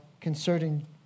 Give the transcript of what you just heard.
concerning